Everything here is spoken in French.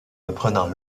apprenant